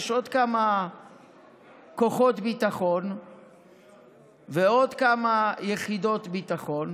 יש עוד כמה כוחות ביטחון ועוד כמה יחידות ביטחון,